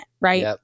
right